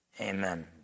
amen